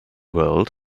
world